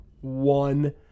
one